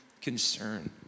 concern